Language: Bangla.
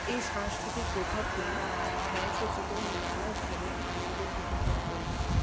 এই সাংস্কৃতিক প্রভাবগুলি মানুষের জীবনে নানাভাবে আনন্দ উপভোগ করে আনে